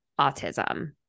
autism